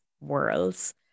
worlds